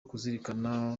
kuzirikana